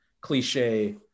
cliche